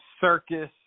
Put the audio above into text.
circus